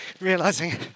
realising